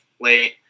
late